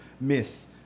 myth